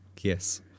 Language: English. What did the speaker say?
Yes